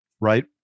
right